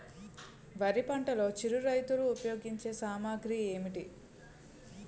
వరి పంటలో చిరు రైతులు ఉపయోగించే సామాగ్రి ఏంటి?